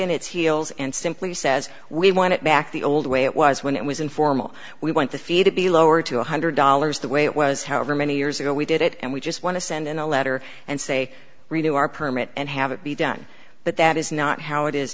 in its heels and simply says we want it back the old way it was when it was informal we want the fee to be lowered to one hundred dollars the way it was however many years ago we did it and we just want to send in a letter and say redo our permit and have it be done but that is not how it is